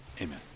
Amen